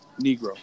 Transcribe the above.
Negro